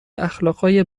اخلاقای